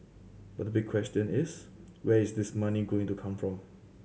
but the big question is where is this money going to come from